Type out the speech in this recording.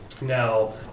Now